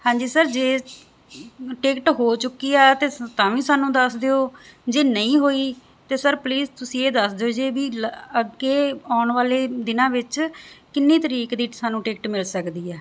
ਹਾਂਜੀ ਸਰ ਜੇ ਟਿਕਟ ਹੋ ਚੁੱਕੀ ਹ ਤੇ ਤਾਂ ਵੀ ਸਾਨੂੰ ਦੱਸ ਦਿਓ ਜੇ ਨਹੀਂ ਹੋਈ ਤੇ ਸਰ ਪਲੀਜ਼ ਤੁਸੀਂ ਇਹ ਦੱਸ ਦਿਓ ਜੇ ਵੀ ਅੱਗੇ ਆਉਣ ਵਾਲੇ ਦਿਨਾਂ ਵਿੱਚ ਕਿੰਨੀ ਤਰੀਕ ਦੀ ਸਾਨੂੰ ਟਿਕਟ ਮਿਲ ਸਕਦੀ ਹੈ